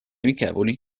amichevole